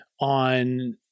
on